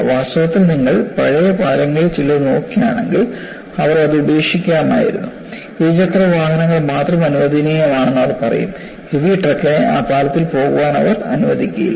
വാസ്തവത്തിൽ നിങ്ങൾ പഴയ പാലങ്ങളിൽ ചിലത് നോക്കുകയാണെങ്കിൽ അവർ അത് ഉപേക്ഷിക്കുമായിരുന്നു ഇരുചക്രവാഹനങ്ങൾ മാത്രം അനുവദനീയമാണെന്ന് അവർ പറയും ഹെവി ട്രക്കിനെ ആ പാലത്തിൽ പോകാൻ അവർ അനുവദിക്കില്ല